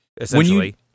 essentially